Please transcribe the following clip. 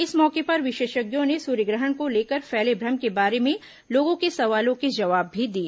इस मौके पर विशेषज्ञों ने सूर्यग्रहण को लेकर फैले भ्रम के बारे में लोगों के सवालों के जवाब भी दिए